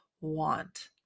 want